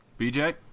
BJ